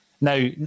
Now